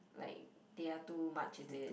like they are too much is it